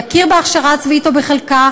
יכיר בהכשרה הצבאית או בחלקה,